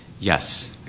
Yes